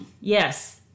yes